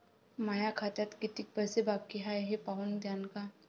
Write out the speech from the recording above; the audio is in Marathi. माया खात्यात कितीक पैसे बाकी हाय हे पाहून द्यान का?